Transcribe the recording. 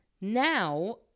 now